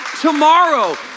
tomorrow